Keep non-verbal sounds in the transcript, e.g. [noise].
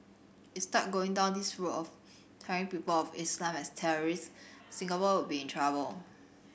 [unintelligible] start going down this route of tarring people of Islam as terrorist Singapore will be in trouble